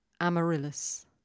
Amaryllis